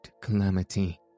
calamity